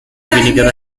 vinegar